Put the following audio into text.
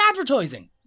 advertising